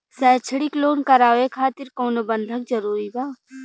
शैक्षणिक लोन करावे खातिर कउनो बंधक जरूरी बा?